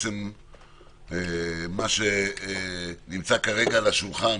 מה שנמצא כרגע על השולחן,